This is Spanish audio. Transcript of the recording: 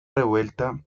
revuelta